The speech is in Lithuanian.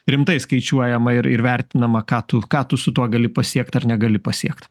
rimtai skaičiuojama ir ir vertinama ką tu ką tu su tuo gali pasiekt ar negali pasiekt